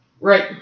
Right